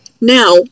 Now